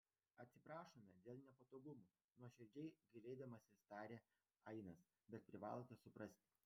atsiprašome dėl nepatogumų nuoširdžiai gailėdamasis tarė ainas bet privalote suprasti